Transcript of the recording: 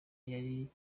yari